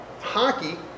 Hockey